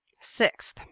Sixth